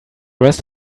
rest